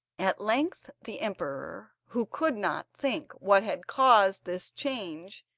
at length the emperor, who could not think what had caused this change,